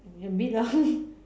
a bit lor